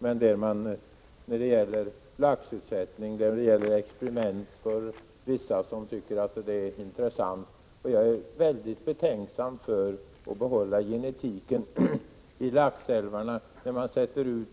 Men det blir fråga om laxutsättning och om vissa experiment som man finner intressanta, och jag är väldigt betänksam då det gäller möjligheterna att behålla genetiken i laxälvarna. Man sätter ut